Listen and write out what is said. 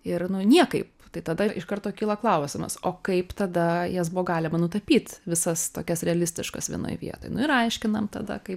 ir nu niekaip tai tada iš karto kyla klausimas o kaip tada jas buvo galima nutapyt visas tokias realistiškas vienoj vietoj nu ir aiškinam tada kai